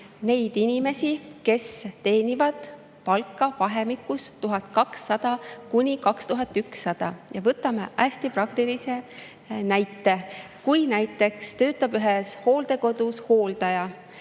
neid inimesi, kes teenivad palka vahemikus 1200–2100 eurot. Võtame hästi praktilise näite. Näiteks töötab ühes hooldekodus hooldaja